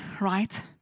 right